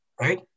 right